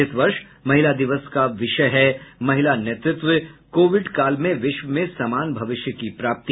इस वर्ष महिला दिवस का विषय है महिला नेतृत्वः कोविड काल में विश्व में समान भविष्य की प्राप्ति